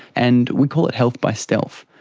and we call it health by stealth.